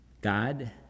God